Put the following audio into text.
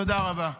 תודה רבה.